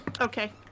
Okay